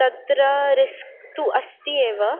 तत्र रिस्क् तु अस्ति एव